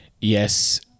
Yes